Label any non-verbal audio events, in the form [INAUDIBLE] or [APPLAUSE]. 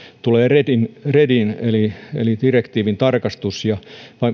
redin redin eli [UNINTELLIGIBLE] [UNINTELLIGIBLE] [UNINTELLIGIBLE] eli direktiivin tarkastus ja